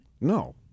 No